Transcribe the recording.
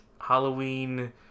Halloween